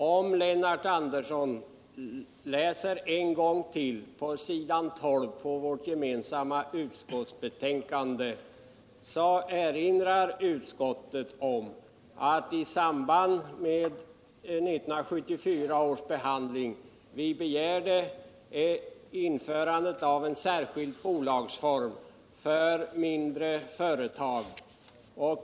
Om Lennart Andersson ännu en gång läser på s. 12 i vårt utskottsbetänkande, finner han att utskottet där erinrar om att vi i samband med 1974 års behandling begärde införande av en särskild bolagsform för mindre företag.